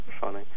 funny